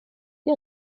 wie